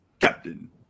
Captain